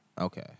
Okay